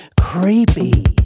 creepy